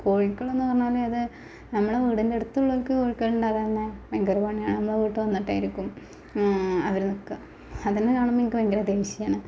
കോഴികളെന്ന് പറഞ്ഞാല് അത് നമ്മു വീടിന്റെ അടുത്തുള്ളവര്ക്ക് കോഴികൾ ഉണ്ടായിരുന്നു ഭയങ്കര പണിയാണ് നമ്മുടെ വീട്ടിൽ വന്നിട്ടായിരിക്കും അവര് നിൽക്കുക അതെല്ലാം കാണുമ്പോൾ എനിക്ക് ഭയങ്കര ടെൻഷനാണ് നമ്മുടെ